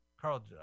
Carl